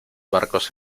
barcos